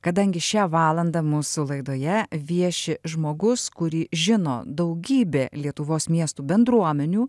kadangi šią valandą mūsų laidoje vieši žmogus kurį žino daugybė lietuvos miestų bendruomenių